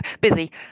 busy